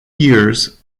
years